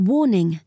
Warning